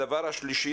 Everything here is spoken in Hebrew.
הדבר השלישי,